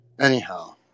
Anyhow